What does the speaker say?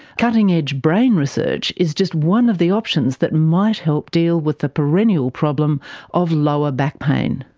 cutting edge brain research is just one of the options that might help deal with the perennial problem of lower back pain.